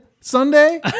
Sunday